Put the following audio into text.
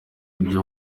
ibyo